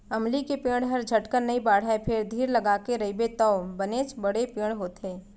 अमली के पेड़ हर झटकन नइ बाढ़य फेर धीर लगाके रइबे तौ बनेच बड़े पेड़ होथे